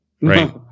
right